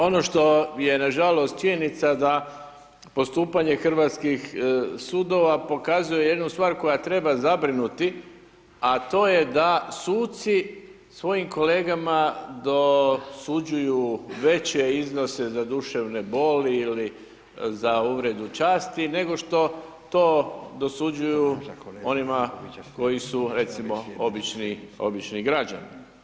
Ono što je nažalost činjenica da postupanje hrvatskih sudova pokazuje jednu stvar koja treba zabrinuti, a to je da suci svojim kolegama dosuđuju veće iznose za duševne boli ili za uvredu časti nego što to dosuđuju onima koji su recimo obični, obični građani.